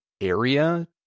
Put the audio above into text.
area